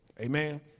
amen